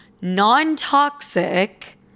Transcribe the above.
non-toxic